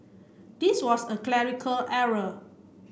this was a clerical error